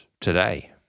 today